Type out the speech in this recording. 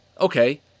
Okay